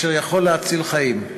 מה שיכול להציל חיים.